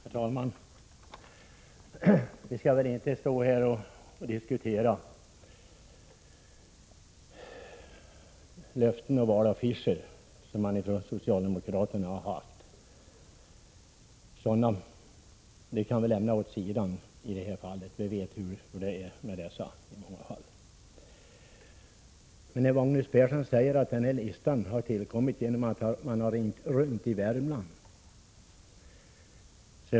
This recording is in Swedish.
Herr talman! Vi skall väl inte stå här och diskutera socialdemokratiska löften och valaffischer. Det kan vi lämna åt sidan, för vi vet hur det är med sådant i många fall. Magnus Persson säger att listan har tillkommit genom att några har ringt runt i Värmland.